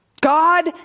God